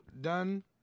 done